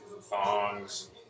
Thongs